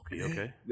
Okay